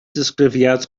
disgrifiad